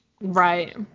right